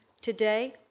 Today